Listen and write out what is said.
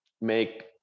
make